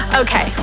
okay